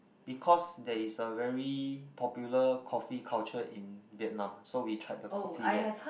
because there is a very popular coffee culture in Vietnam so we tried the coffee there